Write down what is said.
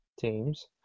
teams